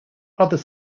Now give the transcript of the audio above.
other